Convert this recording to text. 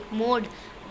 mode